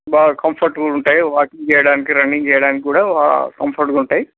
బాగా కంఫర్ట్గా ఉంటాయయి వాకింగ్ చేయడానికి రన్నింగ్ చేయడానికి కూడా బ కంఫర్ట్గా ఉంటాయ్